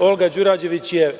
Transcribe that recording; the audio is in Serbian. Olga Đurađević je